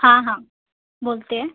हां हां बोलते आहे